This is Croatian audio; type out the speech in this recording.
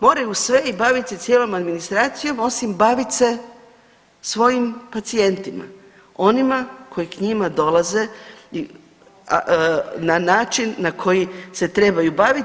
Moraju sve i bavit se cijelom administracijom osim bavit se svojim pacijentima, onima koji k njima dolaze na način na koji se trebaju baviti.